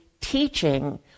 teaching